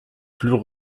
plus